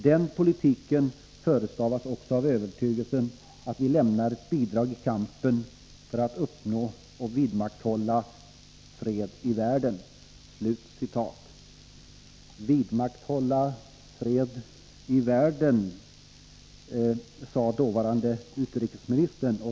Den politiken förestavas också av övertygelsen att vi lämnar ett bidrag i kampen för att uppnå och vidmakthålla fred i världen.” Vidmakthålla fred i världen, sade den dåvarande utrikesministern.